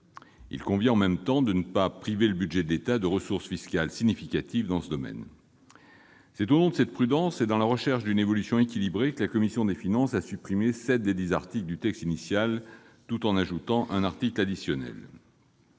Il convient en même temps de ne pas priver le budget de l'État de ressources fiscales significatives dans ce domaine. C'est au nom de cette prudence et dans la recherche d'une évolution équilibrée que la commission de finances a supprimé sept des dix articles du texte initial tout en votant un article additionnel.